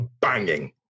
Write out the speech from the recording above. banging